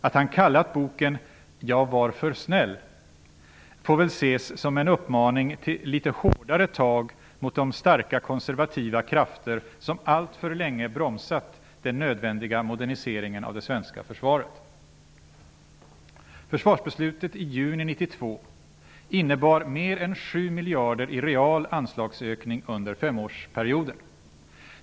Att han kallat boken ''Jag var för snäll'' får väl ses som en uppmaning till litet hårdare tag mot de starka konservativa krafter som alltför länge bromsat den nödvändiga moderniseringen av det svenska försvaret. miljarder i real anslagsökning under femårsperioden.